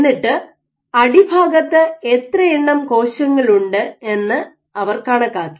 എന്നിട്ട് അടിഭാഗത്ത് എത്ര എണ്ണം കോശങ്ങളുണ്ട് എന്ന് അവർ കണക്കാക്കി